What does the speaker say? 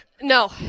No